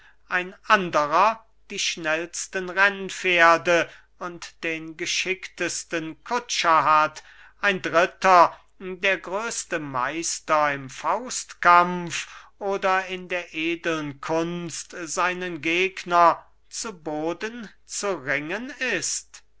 ein anderer die schnellsten rennpferde und den geschicktesten kutscher hat ein dritter der größte meister im faustkampf oder in der edeln kunst seinen gegner zu boden zu ringen ist